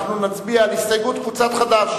ואנחנו נצביע על הסתייגות חברי הכנסת דב חנין,